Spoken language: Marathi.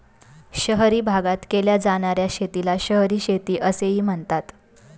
शहरी भागात केल्या जाणार्या शेतीला शहरी शेती असे म्हणतात